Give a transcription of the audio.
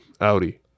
Audi